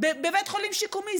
בית חולים שיקומי.